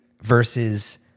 versus